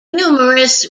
numerous